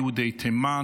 את יום יהודי תימן,